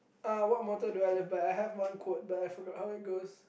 uh what motto do I live by I have one quote but I forgot how it goes